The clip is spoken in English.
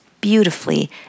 beautifully